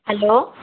hello